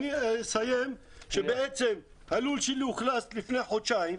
אני אסיים בכך שהלול שלי אוכלס לפני חודשיים,